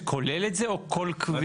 כביש שכולל את זה או כל כביש?